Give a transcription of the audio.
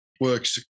works